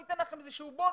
ניתן לכם איזשהו בונוס,